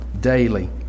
daily